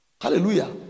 Hallelujah